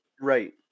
right